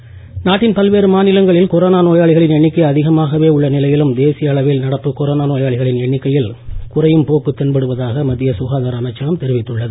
கொரோனாகுணம் நாட்டில் பல்வேறு மாநிலங்களில் கொரோனா நோயாளிகளின் எண்ணிக்கை அதிகமாகவே உள்ள நிலையிலும் தேசிய அளவில் நடப்பு கொரோனா நோயாளிகளின் எண்ணிக்கையில் குறையும் போக்கு தென்படுவதாக மத்திய சுகாதார அமைச்சகம் தெரிவித்துள்ளது